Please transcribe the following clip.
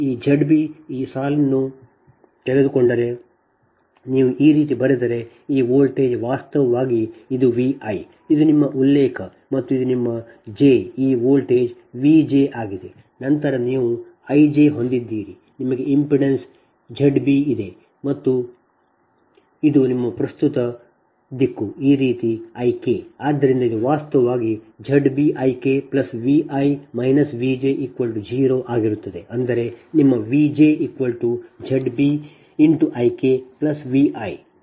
ಈ Z b ಈ ಸಾಲನ್ನು ತೆಗೆದುಕೊಂಡರೆ ನೀವು ಈ ರೀತಿ ಬರೆದರೆ ಈ ವೋಲ್ಟೇಜ್ ವಾಸ್ತವವಾಗಿ ಇದು ವಿ ಐ ಇದು ನಿಮ್ಮ ಉಲ್ಲೇಖ ಮತ್ತು ಇದು ನಿಮ್ಮ ಜೆ ಈ ವೋಲ್ಟೇಜ್ Vj ಆಗಿದೆ ಮತ್ತು ನಂತರ ನೀವು Ij ಹೊಂದಿದ್ದೀರಿ ನಿಮಗೆ ಇಂಪೆಡೆನ್ಸ್ Z b ಇದೆ ಮತ್ತು ಇದು ನಿಮ್ಮ ಪ್ರಸ್ತುತ ದಿಕ್ಕು ಈ ರೀತಿ Ik